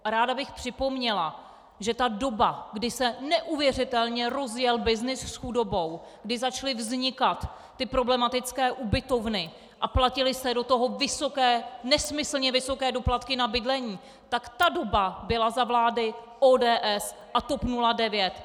A ráda bych připomněla, že ta doba, kdy se neuvěřitelně rozjel byznys s chudobou, kdy začaly vznikat ty problematické ubytovny a platily se do toho vysoké, nesmyslně vysoké doplatky na bydlení, tak ta doba byla za vlády ODS a TOP 09!